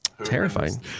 Terrifying